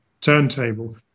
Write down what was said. turntable